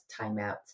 timeouts